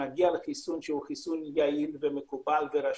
נגיע לחיסון שהוא יעיל ומקובל ורשום.